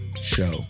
Show